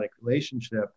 relationship